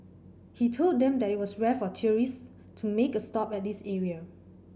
he told them there was rare for tourists to make a stop at this area